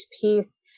piece